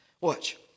Watch